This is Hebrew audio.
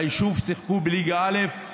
ביישוב שיחקו בליגה א',